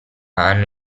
hanno